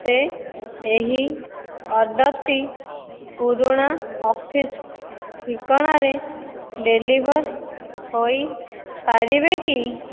ମୋତେ ଏହି ଅର୍ଡ଼ର୍ଟି ପୁରୁଣା ଅଫିସ୍ ଠିକଣାରେ ଡେଲିଭର୍ ହୋଇପାରିବେ କି